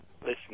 Listen